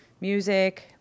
music